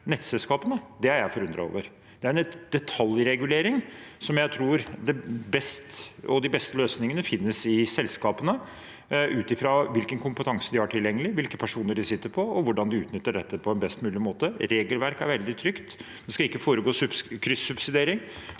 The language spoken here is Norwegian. nettselskapene. Det er jeg forundret over. Det er en detaljregulering, og jeg tror de beste løsningene finnes i selskapene, ut fra hvilken kompetanse de har tilgjengelig, hvilke personer de sitter på, og hvordan de utnytter dette på en best mulig måte. Regelverket er veldig trygt. Det skal ikke foregå kryssubsidiering,